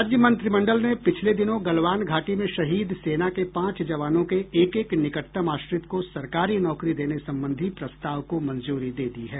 राज्य मंत्रिमंडल ने पिछले दिनों गलवान घाटी में शहीद सेना के पांच जवानों के एक एक निकटतम आश्रित को सरकारी नौकरी देने संबंधी प्रस्ताव को मंजूरी दे दी है